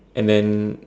and then